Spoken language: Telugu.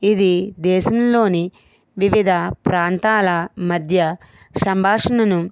ఇది దేశంలోని వివిధ ప్రాంతాల మధ్య సంభాషణను